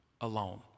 alone